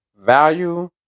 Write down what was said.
Value